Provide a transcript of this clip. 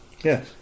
Yes